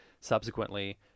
subsequently